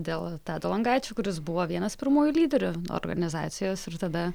dėl tado langaičio kuris buvo vienas pirmųjų lyderių organizacijos ir tada